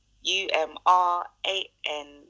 U-M-R-A-N